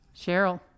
Cheryl